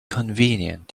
convenient